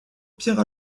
pierre